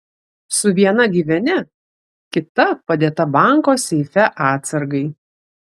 su viena gyveni kita padėta banko seife atsargai